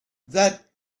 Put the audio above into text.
that